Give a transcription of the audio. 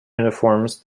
uniforms